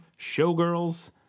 Showgirls